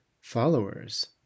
followers